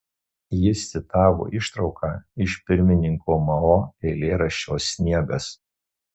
jis citavo ištrauką iš pirmininko mao eilėraščio sniegas